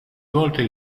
volte